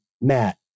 Matt